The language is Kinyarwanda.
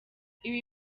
ibi